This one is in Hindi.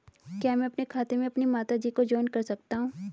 क्या मैं अपने खाते में अपनी माता जी को जॉइंट कर सकता हूँ?